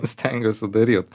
stengiuosi daryt